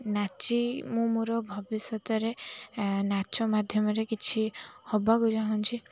ନାଚି ମୁଁ ମୋର ଭବିଷ୍ୟତରେ ନାଚ ମାଧ୍ୟମରେ କିଛି ହେବାକୁ ଚାହୁଁଛିି